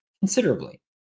considerably